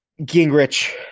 gingrich